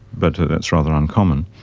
but that's rather uncommon.